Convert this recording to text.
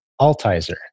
Altizer